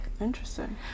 Interesting